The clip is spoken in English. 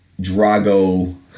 Drago